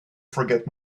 forget